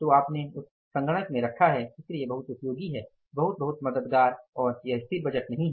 तो आपने उस सिस्टम को कंप्यूटर में रखा है इसलिए यह बहुत उपयोगी है बहुत बहुत मददगार और वह स्थिर बजट नहीं है